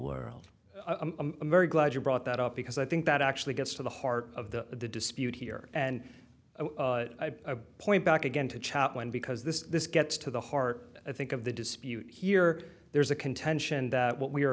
world i'm very glad you brought that up because i think that actually gets to the heart of the dispute here and point back again to chap one because this gets to the heart i think of the dispute here there's a contention that what we